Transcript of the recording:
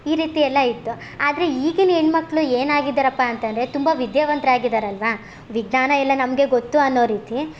ಈ ರೀತಿ ಎಲ್ಲ ಇತ್ತು ಆದರೆ ಈಗಿನ ಹೆಣ್ ಮಕ್ಕಳು ಏನಾಗಿದ್ದಾರಪ್ಪ ಅಂತಂದರೆ ತುಂಬ ವಿದ್ಯಾವಂತ್ರು ಆಗಿದ್ದಾರ್ ಅಲ್ವಾ ವಿಜ್ಞಾನ ಎಲ್ಲ ನಮಗೆ ಗೊತ್ತು ಅನ್ನೋ ರೀತಿ